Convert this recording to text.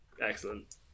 excellent